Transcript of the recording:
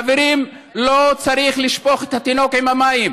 חברים, לא צריך לשפוך את התינוק עם המים.